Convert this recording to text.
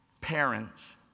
parents